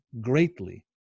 greatly